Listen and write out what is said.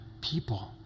people